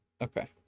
Okay